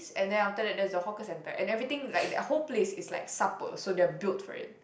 and then after that there's a hawker centre and everything like that whole place is like supper so they are build for it